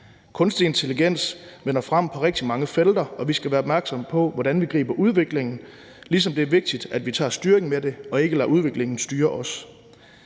Kunstig intelligens vinder frem på rigtig mange felter, og vi skal være opmærksomme på, hvordan vi griber udviklingen an, ligesom det er vigtigt, at vi tager styringen og ikke lader udviklingen styre os.